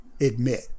admit